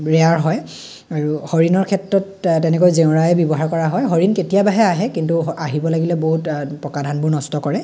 rare হয় আৰু হৰিণৰ ক্ষেত্ৰত তেনেকৈ জেওৰাই ব্যৱহাৰ কৰা হয় হৰিণ কেতিয়াবাহে আহে কিন্তু আহিব লাগিলে বহুত পকা ধানবোৰ নষ্ট কৰে